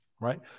right